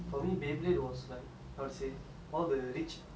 the rich uh the rich students will be bringing to school